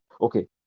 Okay